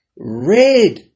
red